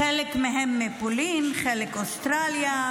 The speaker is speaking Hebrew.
חלק מהם מפולין, חלק מאוסטרליה,